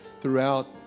throughout